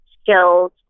skills